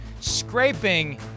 Scraping